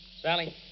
Sally